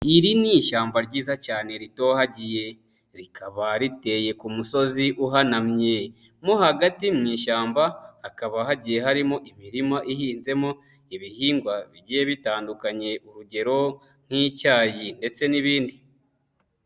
Iri ni ishyamba ryiza cyane ritohagiye, rikaba riteye ku musozi uhanamye, mo hagati mu ishyamba hakaba hagiye harimo imirima ihinzemo ibihingwa bigiye bitandukanye urugero nk'icyayi ndetse n'ibindi.